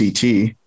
CT